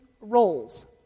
roles